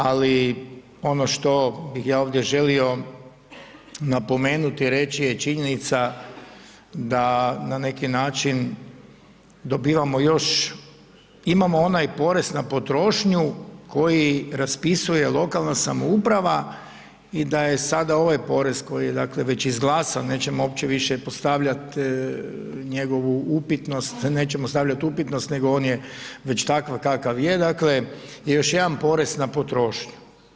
Ali ono što bih ja ovdje želio napomenuti, reći je činjenica da na neki način dobivamo još, imamo onaj porez na potrošnju koji raspisuje lokalna samouprava i da je sada ovaj porez koji je dakle već izglasan, nećemo uopće više postavljat njegovu upitnost, nećemo stavljat upitnost nego on je već takav je, dakle je još jedan porez na potrošnju.